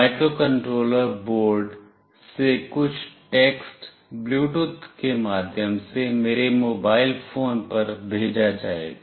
microcontroller board से कुछ text Bluetooth के माध्यम से मेरे मोबाइल फोन पर भेजा जाएगा